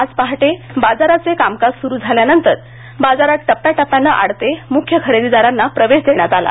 आज पहाटे बाजाराचे कामकाज सुरू झाल्यानंतर बाजारात टप्याटप्यानं आडते मुख्य खरेदीदारांना प्रवेश देण्यात आला